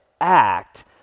act